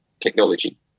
technology